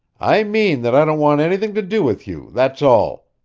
i mean that i don't want anything to do with you, that's all!